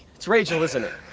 it's rachel, isn't it?